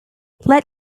let